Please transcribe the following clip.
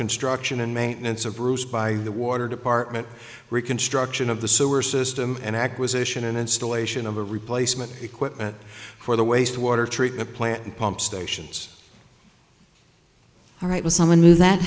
construction and maintenance of bruce by the water department reconstruction of the sewer system and acquisition and installation of a replacement equipment for the wastewater treatment plant and pump stations all right with someone